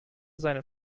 seine